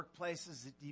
workplaces